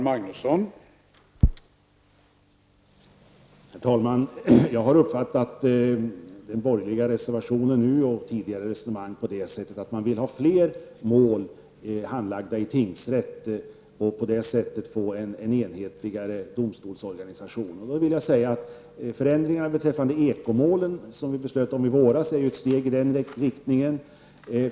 Herr talman! Jag har uppfattat den nu avgivna borgerliga reservationen och tidigare resonemang på det sättet, att man vill ha fler mål handlagda i tingsrätt och därigenom få en enhetligare domstolsorganisation. De förändringar beträffande ekomålen som vi fattade beslut om i våras är ett steg i den riktningen.